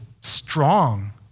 strong